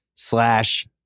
Slash